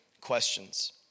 questions